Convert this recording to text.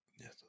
Yes